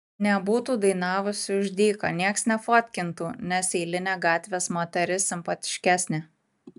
nebūtų dainavusi už dyką nieks nefotkintų nes eilinė gatvės moteris simpatiškesnė